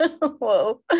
Whoa